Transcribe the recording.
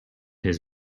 his